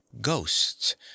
ghosts